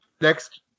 Next